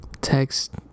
text